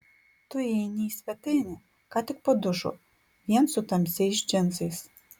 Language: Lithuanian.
tu įeini į svetainę ką tik po dušo vien su tamsiais džinsais